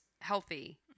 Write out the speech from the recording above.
healthy